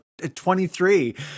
23